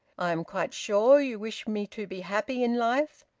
i am quite sure you wish me to be happy in life,